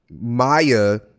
Maya